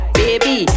baby